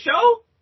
show